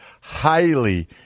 Highly